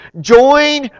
Join